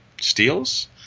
steals